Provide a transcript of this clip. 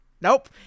Nope